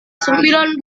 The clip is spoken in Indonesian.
sembilan